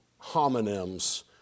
homonyms